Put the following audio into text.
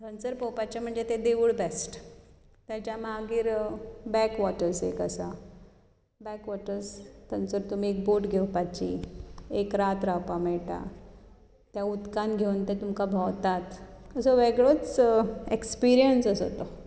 थंयसर पळोवपाचें म्हणजे तें देवूळ बॅस्ट ताच्या मागीर बॅकवॉटर्स एक आसा बॅकवॉटर्स थंयसर तुमी एक बोट घेवपाची एक रात रावपा मेळटा त्या उदकांत घेवन ते तुमकां भोंवतात असो वेगळोच एक्सपिरियंस असो तो